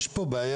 יש פה בעיה.